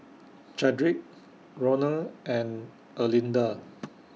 Chadrick Ronal and Erlinda